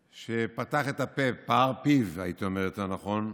שפתח את הפה, פער פיו, הייתי אומר, יותר נכון.